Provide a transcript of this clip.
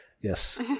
Yes